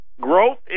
growth